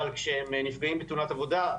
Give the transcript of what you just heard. אבל כשהם נפגעים בתאונת עבודה,